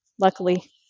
luckily